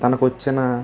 తనకు వచ్చిన